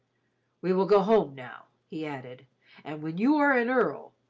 we will go home now, he added and when you are an earl,